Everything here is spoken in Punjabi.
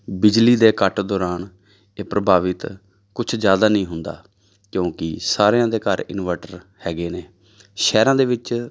ਬਿਜਲੀ ਦੇ ਕੱਟ ਦੌਰਾਨ ਇਹ ਪ੍ਰਭਾਵਿਤ ਕੁਛ ਜ਼ਿਆਦਾ ਨਹੀਂ ਹੁੰਦਾ ਕਿਉਂਕਿ ਸਾਰਿਆਂ ਦੇ ਘਰ ਇਨਵਰਟਰ ਹੈਗੇ ਨੇ ਸ਼ਹਿਰਾਂ ਦੇ ਵਿੱਚ